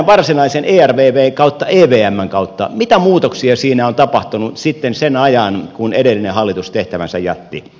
vielä tämä varsinainen ervv ja evm mitä muutoksia siinä on tapahtunut sitten sen ajan kun edellinen hallitus tehtävänsä jätti